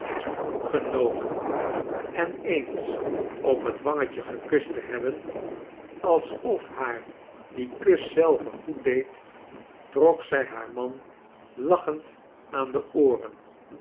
en eens op het wangetje gekust te hebben alsof haar die kus zelve goed deed trok zij haar man liachend aan de ooren